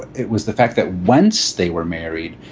it was the fact that once they were married,